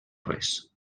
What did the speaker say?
res